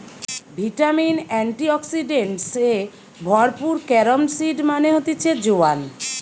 vitamin, antioxidants এ ভরপুর carom seed মানে হতিছে জোয়ান